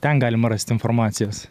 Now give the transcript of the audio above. ten galima rasti informacijos